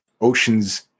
Ocean's